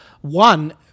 One